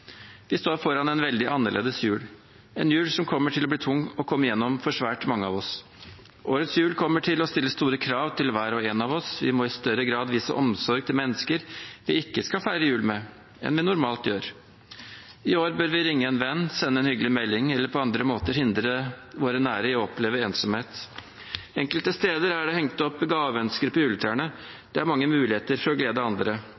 Vi står foran en veldig annerledes jul, en jul som kommer til å bli tung å komme gjennom for svært mange av oss. Årets jul kommer til å stille store krav til hver og en av oss. Vi må i større grad enn vi normalt gjør, vise omsorg for mennesker vi ikke skal feire jul med. I år bør vi ringe en venn, sende en hyggelig melding eller på andre måter hindre våre nære i å oppleve ensomhet. Enkelte steder er det hengt opp gaveønsker på juletrærne. Det er mange muligheter for å glede andre,